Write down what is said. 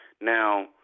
now